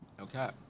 okay